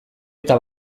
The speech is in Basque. eta